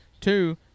Two